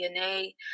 DNA